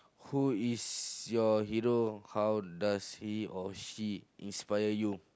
who is your hero how does he or she inspire you